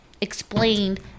explained